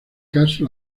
caso